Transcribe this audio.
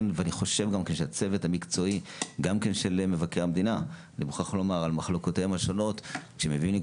הצוות המקצועי של מבקר המדינה על מחלקותיו השונות מביא לפה